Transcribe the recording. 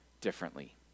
differently